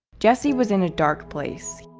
jesse was in a dark place.